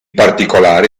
particolare